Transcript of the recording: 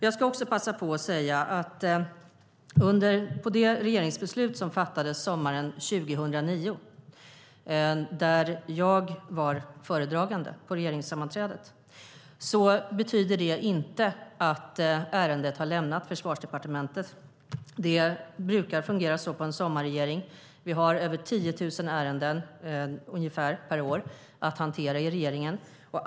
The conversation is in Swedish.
Jag ska också passa på att säga när det gäller det regeringsbeslut som fattades sommaren 2009, där jag var föredragande vid regeringssammanträdet, att ärendet inte har lämnat Försvarsdepartementet. Det brukar fungera så i en sommarregering. Regeringen har över 10 000 ärenden per år att hantera.